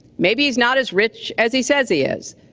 maybe he's not as rich as he says he is.